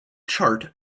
chart